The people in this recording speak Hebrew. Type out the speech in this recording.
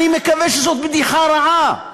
אני מקווה שזאת בדיחה רעה.